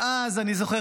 ואז אני זוכר